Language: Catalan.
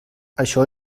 això